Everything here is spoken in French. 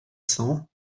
cent